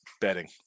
betting